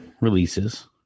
releases